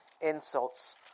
insults